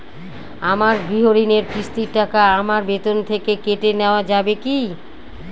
আমার গৃহঋণের কিস্তির টাকা আমার বেতন থেকে কেটে নেওয়া যাবে কি?